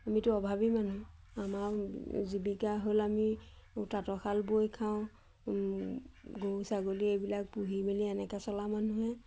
আমিতো অভাৱী মানুহ আমাৰ জীৱিকা হ'ল আমি তাঁতশাল বৈ খাওঁ গৰু ছাগলী এইবিলাক পুহি মেলি এনেকৈ চলা মানুহহে